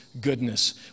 goodness